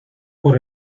por